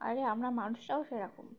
আর এই আমার মানুষরাও সেরকম